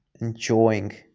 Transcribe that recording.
Enjoying